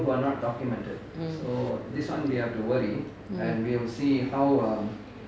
mm mm